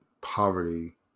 poverty